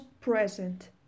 present